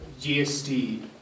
GST